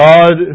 God